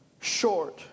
short